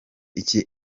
iki